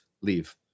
leave